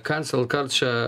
cancel culture